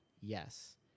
Yes